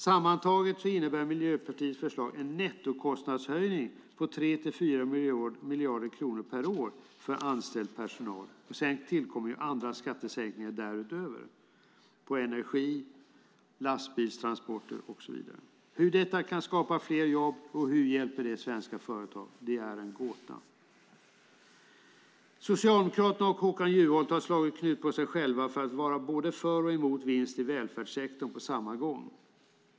Sammantaget innebär Miljöpartiets förslag en nettokostnadshöjning med 3-4 miljarder kronor per år för anställd personal. Därutöver tillkommer andra skattesänkningar. Det gäller då energi, lastbilstransporter och så vidare. Hur detta kan skapa fler jobb och hur detta hjälper svenska företag är en gåta. Socialdemokraterna och Håkan Juholt har slagit knut på sig själva för att på samma gång vara både för och emot vinst i välfärdssektorn.